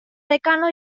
decano